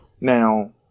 now